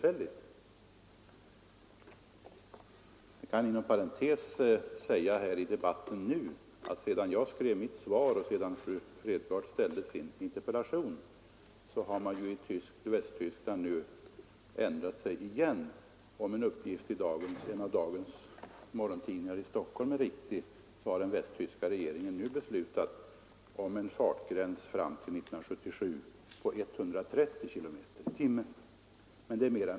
Jag kan inom parentes nämna att man i Västtyskland — sedan fru Fredgardh framställde sin interpellation och sedan jag skrev mitt svar — nu har ändrat sig igen. Om en uppgift i en av dagens morgontidningar i Stockholm är riktig har den västtyska regeringen nu beslutat om en fartgräns fram till år 1977 på 130 km/tim.